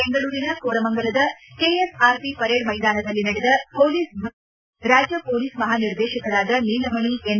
ಬೆಂಗಳೂರಿನ ಕೋರಮಂಗಲದ KS RP parade ಮೈದಾನದಲ್ಲಿ ನಡೆದ ಪೊಲೀಸ್ ಧ್ವಜ ದಿನಾಚರಣೆಯಲ್ಲಿ ರಾಜ್ಣ ಮೊಲೀಸ್ ಮಹಾನಿರ್ದೇಶಕರಾದ ನೀಲಮಣಿ ಎನ್